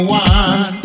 one